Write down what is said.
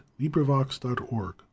LibriVox.org